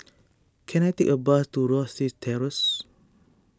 can I take a bus to Rosyth Terrace